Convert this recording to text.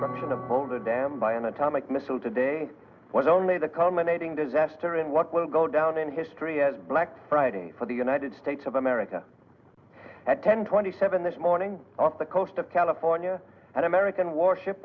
cause them to blow the dam by an atomic missile today was only the culminating disaster in what will go down in history as black friday for the united states of america at ten twenty seven this morning off the coast of california an american warship